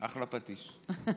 אחלה פטיש.